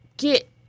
get